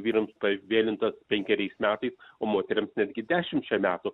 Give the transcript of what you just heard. vyrams tai vėlinta penkeriais metais o moterims netgi dešimčia metų